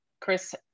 Chris